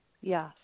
Yes